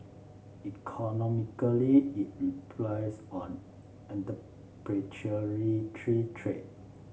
economically it replies on entrepreneurial tree trade